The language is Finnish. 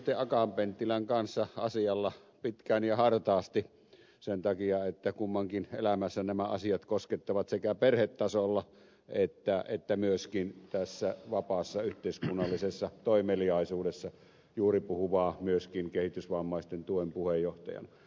akaan penttilän kanssa asialla pitkään ja hartaasti sen takia että kummankin elämässä nämä asiat koskettavat sekä perhetasolla että myöskin tässä vapaassa yhteiskunnallisessa toimeliaisuudessa juuri puhuvaa myöskin kehitysvammaisten tuen puheenjohtajana